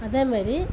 அதேமாதிரி